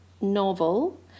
novel